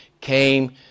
came